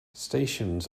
stations